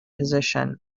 position